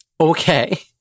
Okay